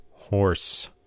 Horse